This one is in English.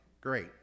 Great